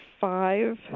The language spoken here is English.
five